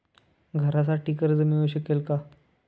घरासाठी कर्ज मिळू शकते का?